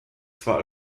zwar